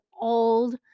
old